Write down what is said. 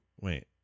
wait